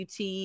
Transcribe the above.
UT